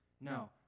No